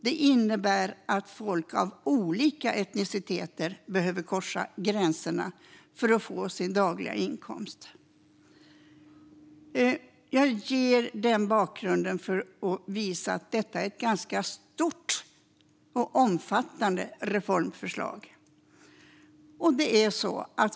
Det innebär även att folk av olika etniciteter behöver korsa gränserna för att få sin dagliga inkomst. Jag ger den här bakgrunden för att visa att detta är ett ganska stort och omfattande reformförslag.